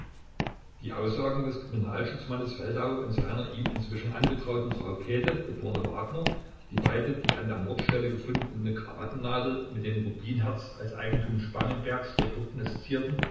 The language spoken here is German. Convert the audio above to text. die aussagen des kriminalschutzmanns feldau und seiner ihm inzwischen angetrauten frau käthe geb wagner die beide die an der mordstelle gefundene krawattennadel mit dem rubinherz als eigentum spangenbergs rekognoszierten